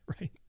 Right